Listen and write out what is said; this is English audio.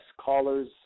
callers